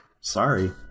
Sorry